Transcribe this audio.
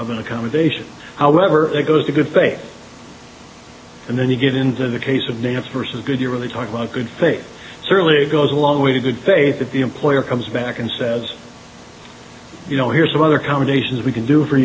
an accommodation however it goes to good faith and then you get into the case of names versus good you really talk about good faith certainly goes a long way to good faith that the employer comes back and says you know here's some other combinations we can do for